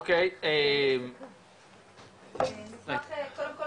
אני אשמח להפנות אתכם קודם כל